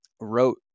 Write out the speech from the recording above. wrote